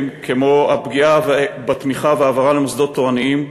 כמו הפגיעה בתמיכה והעברה למוסדות תורניים.